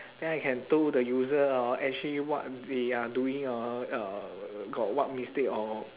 then I can told the user hor actually what we are doing hor uh got what mistake or